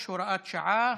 הוראת שעה),